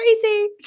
crazy